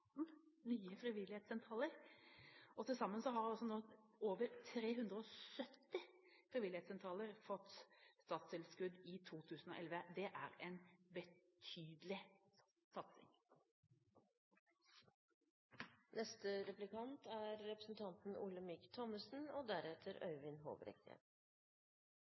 nye frivillighetssentraler, og til sammen har over 370 frivillighetssentraler fått statstilskudd i 2011. Det er en betydelig